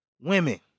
women